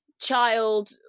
child